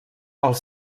els